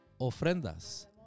ofrendas